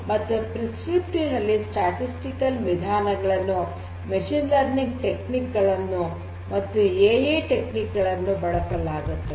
ಮತ್ತು ಪ್ರಿಸ್ಕ್ರಿಪ್ಟಿವ್ ನಲ್ಲಿ ಸಂಖ್ಯಾಶಾಸ್ತ್ರೀಯ ವಿಧಾನಗಳನ್ನು ಮಷೀನ್ ಲರ್ನಿಂಗ್ ಟೆಕ್ನಿಕ್ಸ್ ಗಳನ್ನು ಮತ್ತು ಎ ಐ ಟೆಕ್ನಿಕ್ಸ್ ಗಳನ್ನು ಬಳಸಲಾಗುತ್ತದೆ